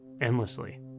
endlessly